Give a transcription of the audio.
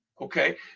okay